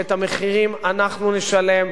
שאת המחירים אנחנו נשלם,